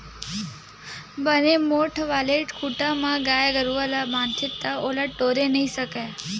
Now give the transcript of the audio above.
बने मोठ्ठ वाले खूटा म गाय गरुवा ल बांधबे ता ओला टोरे नइ सकय